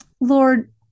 Lord